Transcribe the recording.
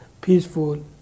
peaceful